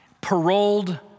paroled